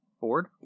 Ford